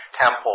temple